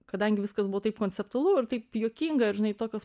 kadangi viskas buvo taip konceptualu ir taip juokinga ir žinai tokios